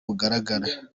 bugaragara